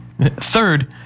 Third